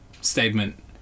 statement